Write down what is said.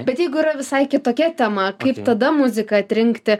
bet jeigu yra visai kitokia tema kaip tada muziką atrinkti